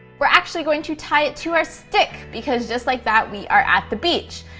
we're actually going to tie it to our stick because just like that, we are at the beach.